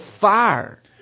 fire